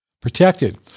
protected